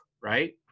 right